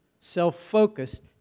self-focused